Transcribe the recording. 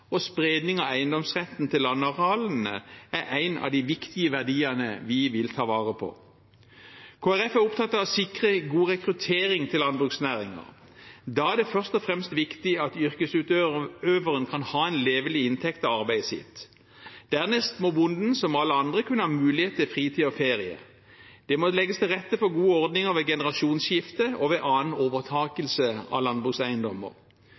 og spredning av eiendomsretten til landarealene er en av de viktige verdiene vi vil ta vare på. Kristelig Folkeparti er opptatt av å sikre god rekruttering til landbruksnæringen. Da er det først og fremst viktig at yrkesutøveren kan ha en levelig inntekt av arbeidet sitt. Dernest må bonden, som alle andre, kunne ha mulighet til fritid og ferie. Det må legges til rette for gode ordninger ved generasjonsskifte og ved annen overtakelse av landbrukseiendommer.